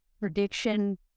prediction